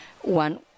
one